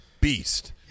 beast